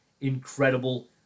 Incredible